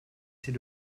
c’est